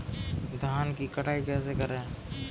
धान की कटाई कैसे करें?